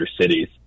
cities